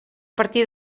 partir